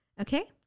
Okay